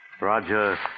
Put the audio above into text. Roger